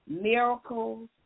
miracles